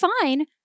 fine